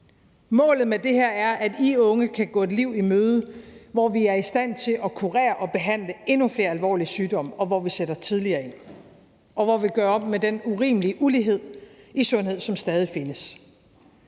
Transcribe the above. Målet med det er, at I unge kan gå et liv i møde, hvor vi er i stand til at kurere og behandle endnu flere alvorlige sygdomme, hvor vi sætter tidligere ind, hvor vi gør op med den urimelige ulighed i sundhed, som stadig findes,